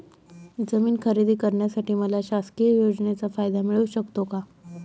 जमीन खरेदी करण्यासाठी मला शासकीय योजनेचा फायदा मिळू शकतो का?